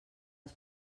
als